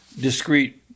discrete